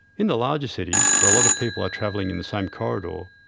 in the larger cities, where a lot of people are travelling in the same corridor,